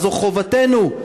זו חובתנו,